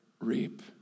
reap